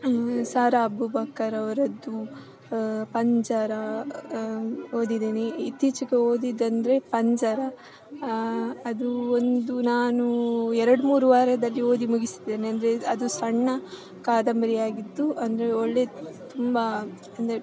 ಸಾ ರಾ ಅಬೂಬಕ್ಕರ್ ಅವರದ್ದು ಪಂಜರ ಓದಿದ್ದೇನೆ ಇತ್ತೀಚಿಗೆ ಓದಿದ್ದೆಂದ್ರೆ ಪಂಜರ ಅದು ಒಂದು ನಾನೂ ಎರಡು ಮೂರು ವಾರದಲ್ಲಿ ಓದಿ ಮುಗಿಸಿದ್ದೇನೆ ಅಂದರೆ ಅದು ಸಣ್ಣ ಕಾದಂಬರಿ ಆಗಿತ್ತು ಅಂದರೆ ಒಳ್ಳೆಯಯ ತುಂಬ ಅಂದರೆ